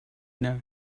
know